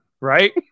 right